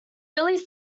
release